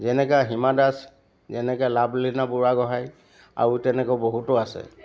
যেনেকৈ হীমা দাস যেনেকৈ লাভলীনা বুৰাগোহাঁই আৰু তেনেকৈ বহুতো আছে